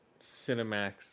Cinemax